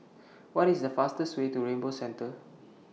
What IS The fastest Way to Rainbow Centre